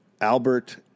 Albert